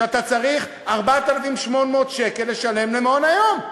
כשאתה צריך 4,800 שקל לשלם למעון-היום?